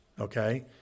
okay